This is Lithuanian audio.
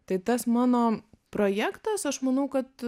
tai tas mano projektas aš manau kad